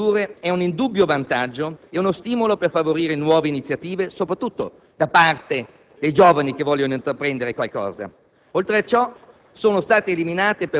Lo snellimento delle procedure è un indubbio vantaggio e uno stimolo per favorire nuove iniziative soprattutto da parte dei giovani che vogliono intraprendere un'attività. Oltre a ciò